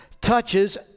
touches